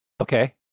Okay